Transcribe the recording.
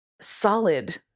solid